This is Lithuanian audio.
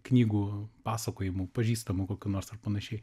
knygų pasakojimų pažįstamų kokių nors ar panašiai